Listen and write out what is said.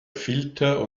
filter